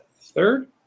third